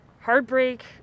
heartbreak